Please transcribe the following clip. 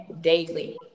daily